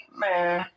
man